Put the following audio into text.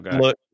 look